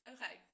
Okay